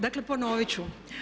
Dakle ponoviti ću.